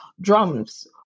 drums